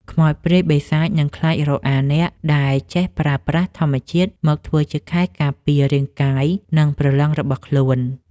ខ្មោចព្រាយបិសាចនឹងខ្លាចរអាអ្នកដែលចេះប្រើប្រាស់ធម្មជាតិមកធ្វើជាខែលការពាររាងកាយនិងព្រលឹងរបស់ខ្លួន។